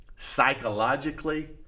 Psychologically